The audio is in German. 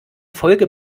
folge